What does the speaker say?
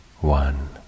one